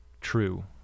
true